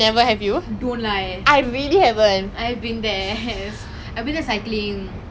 I know singapore like has no chance of getting like earthquake or tsunami